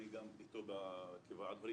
אני גם כוועד הורים,